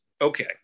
okay